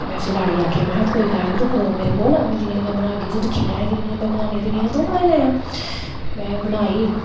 ते में उस्सी लाड़ी गी आखेआ मैहें कोई गल्ल नेईं तू खड़ो मेरे कोल में जि'यां जि'यां बनागी तू दिक्खी लैएआं जि'यां जि'यां में बनानी आं ते इ'यां इ'यां तूं बनाई लैएआं